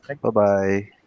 Bye-bye